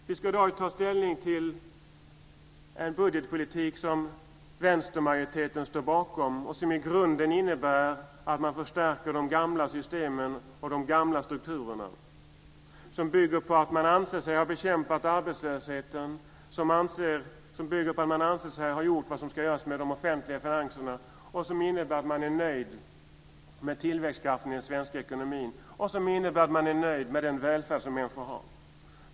Vi ska i dag ta ställning till en budgetpolitik som vänstermajoriteten står bakom och som i grunden innebär att man förstärker de gamla systemen, de gamla strukturerna, som bygger på att man anser sig ha bekämpat arbetslösheten, anser sig ha gjort vad som ska göras med de offentliga finanserna och som innebär att man är nöjd med tillväxtkraften i den svenska ekonomin, att man är nöjd med den välfärd som människor har.